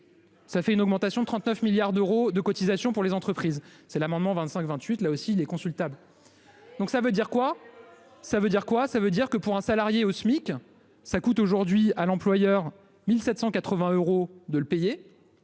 Ça fait une augmentation de 39 milliards d'euros de cotisations pour les entreprises, c'est l'amendement 25 28 là aussi est consultable. Donc ça veut dire quoi ça veut dire quoi ça veut dire que pour un salarié au SMIC ça coûte aujourd'hui à l'employeur. 1780 euros de le payer.